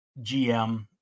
GM